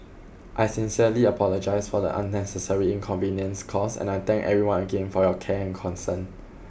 I sincerely apologise for the unnecessary inconvenience caused and I thank everyone again for your care and concern